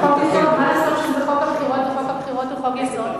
מה לעשות שזה בחוק הבחירות וחוק הבחירות הוא חוק-יסוד?